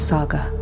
Saga